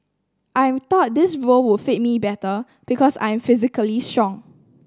I thought that this role would fit me better because I am physically strong